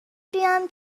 بیام